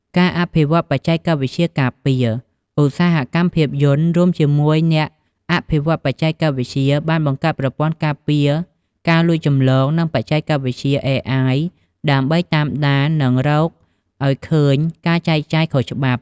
ការអភិវឌ្ឍបច្ចេកវិទ្យាការពារ ឧស្សាហកម្មភាពយន្ត រួមជាមួយអ្នកអភិវឌ្ឍន៍បច្ចេកវិទ្យា បានបង្កើតប្រព័ន្ធការពារការចម្លងនិងបច្ចេកវិទ្យា អេអាយ ដើម្បីតាមដាន និងរកឱ្យឃើញការចែកចាយខុសច្បាប់។